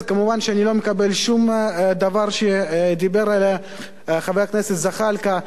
אז כמובן אני לא מקבל שום דבר שאמר חבר הכנסת זחאלקה.